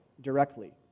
directly